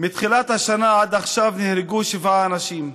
מתחילת השנה עד עכשיו נהרגו שבעה אנשים.